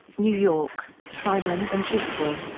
new york simon and schuster.